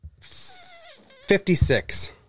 Fifty-six